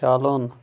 چلُن